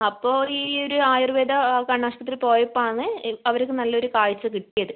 അപ്പോൾ ഈ ഒരു ആയുർവ്വേദ കണ്ണാശുപത്രി പോയപ്പോഴാണ് അവർക്ക് നല്ല ഒരു കാഴ്ച കിട്ടിയത്